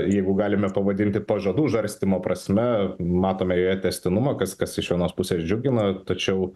jeigu galime pavadinti pažadų žarstymo prasme matome joje tęstinumą kas kas iš vienos pusės džiugina tačiau